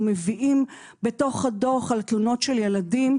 מביאים בתוך הדוח על תלונות של ילדים.